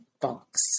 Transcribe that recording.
box